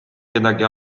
kedagi